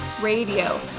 Radio